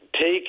take